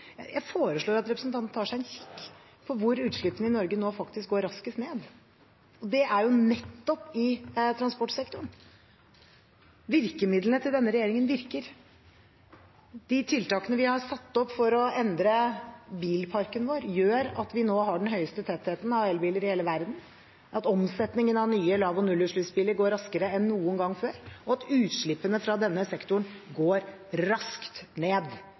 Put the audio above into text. foreslår jeg at representanten tar en kikk på hvor utslippene i Norge faktisk går raskest ned. Det er nettopp i transportsektoren. Virkemidlene til denne regjeringen virker. De tiltakene vi har satt i verk for å endre bilparken vår, gjør at vi nå har den høyeste tettheten av elbiler i hele verden, at omsetningen av nye lav- og nullutslippsbiler går raskere enn noen gang før, og at utslippene fra denne sektoren går raskt ned.